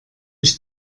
ich